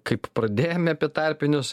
kaip pradėjom apie tarpinius